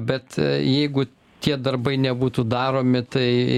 bet jeigu tie darbai nebūtų daromi tai